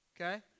okay